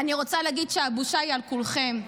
אני רוצה להגיד שהבושה היא על כולכם,